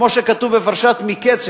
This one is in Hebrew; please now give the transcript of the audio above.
כמו שכתוב בפרשת מקץ,